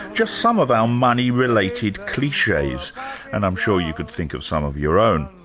just some of our money-related cliches and i'm sure you could think of some of your own.